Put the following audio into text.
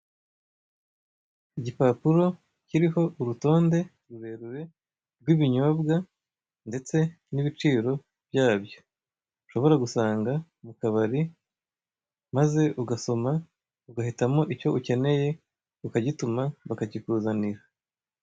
Igipapuro kiriho urutonde rurerure rw'ibinyobwa ndetse n'ibiciro byabyo. Ushobora gusanga mu kabari, maze ugasoma, ugahitamo icyo ukeneye, ukagituma bakakikuzanira.